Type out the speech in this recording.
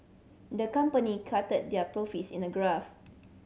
the company charted their profits in a graph